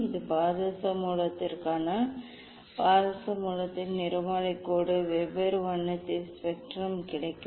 இது பாதரச மூலத்திற்காக பாதரச மூலத்தின் நிறமாலை கோடு வெவ்வேறு வண்ணத்தின் ஸ்பெக்ட்ரம் கிடைக்கும்